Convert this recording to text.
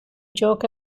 joke